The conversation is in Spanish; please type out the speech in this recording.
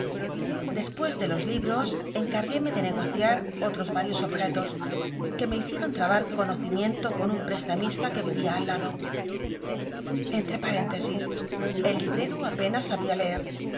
dcspucs de los libros cncarguémc de negociar otros varios objetos que me hicieron tmbar conocimiento con un pr'cstamista que vi'ia al lado cntrc paréntesis el librcro apenas sa bia leer